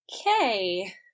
Okay